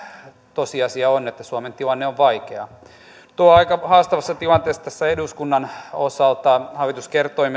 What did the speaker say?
tosiasia on että suomen tilanne on vaikea ollaan aika haastavassa tilanteessa tässä eduskunnan osalta hallitus kertoi